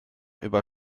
über